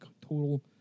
total